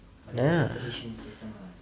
ya lah